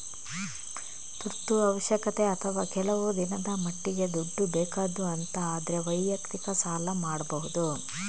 ತುರ್ತು ಅವಶ್ಯಕತೆ ಅಥವಾ ಕೆಲವು ದಿನದ ಮಟ್ಟಿಗೆ ದುಡ್ಡು ಬೇಕಾದ್ದು ಅಂತ ಆದ್ರೆ ವೈಯಕ್ತಿಕ ಸಾಲ ಮಾಡ್ಬಹುದು